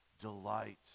delight